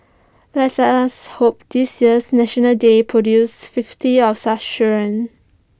let's us hope this year's National Day produces fifty of such children